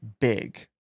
big